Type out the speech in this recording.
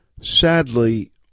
Sadly